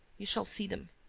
you shall see them.